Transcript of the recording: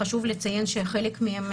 חשוב לציין שחלק מהם,